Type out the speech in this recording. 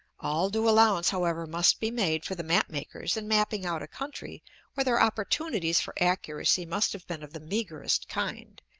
all due allowance, however, must be made for the map-makers in mapping out a country where their opportunities for accuracy must have been of the meagerest kind.